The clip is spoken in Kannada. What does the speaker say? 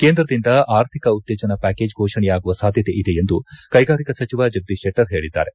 ಕೇಂದ್ರದಿಂದ ಆರ್ಥಿಕ ಉತ್ತೇಜನ ಪ್ಯಾಕೇಜ್ ಘೋಷಣೆಯಾಗುವ ಸಾಧ್ಯತೆ ಇದೆ ಎಂದು ಕೈಗಾರಿಕಾ ಸಚಿವ ಜಗದೀಶ್ ಶೆಟ್ಟರ್ ಹೇಳಿದ್ದಾರೆ